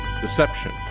deception